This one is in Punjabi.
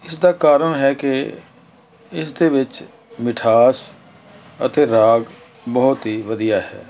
ਇਸਦਾ ਕਾਰਨ ਹੈ ਕਿ ਇਸ ਦੇ ਵਿੱਚ ਮਿਠਾਸ ਅਤੇ ਰਾਗ ਬਹੁਤ ਹੀ ਵਧੀਆ ਹੈ